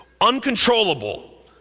uncontrollable